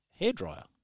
hairdryer